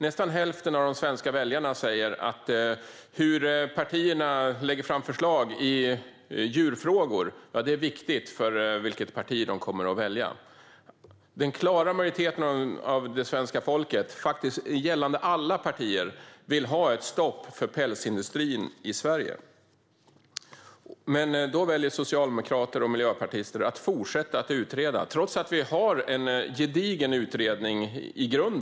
Nästan hälften av de svenska väljarna säger att hur partierna ställer sig i djurfrågor är viktigt för vilket parti de kommer att rösta på, och en klar majoritet av svenska folket, oavsett parti, vill ha ett stopp för pälsindustrin i Sverige. Men Socialdemokraterna och Miljöpartiet väljer att fortsätta att utreda, trots att vi redan har en gedigen utredning från 2011.